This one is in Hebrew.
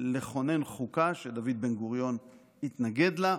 לכונן חוקה, שדוד בן-גוריון התנגד לה.